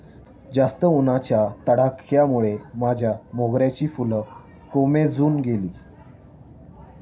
जास्त उन्हाच्या तडाख्यामुळे माझ्या मोगऱ्याची फुलं कोमेजून गेली